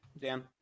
Dan